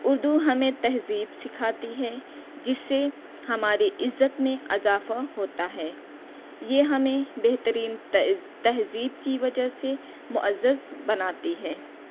اردو ہمیں تہذیب سکھاتی ہے جس سے ہماری عزت میں اضافہ ہوتا ہے یہ ہمیں بہترین تہہ تہذیب کی وجہ سے معزز بناتی ہے